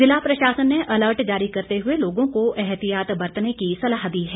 ज़िला प्रशासन ने अलर्ट जारी करते हुए लोगों को एहतियात बरतने की सलाह दी है